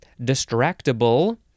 Distractable